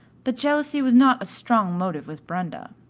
but jealousy was not a strong motive with brenda.